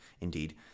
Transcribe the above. Indeed